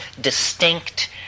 distinct